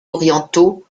orientaux